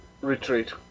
retreat